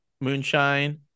moonshine